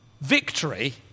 victory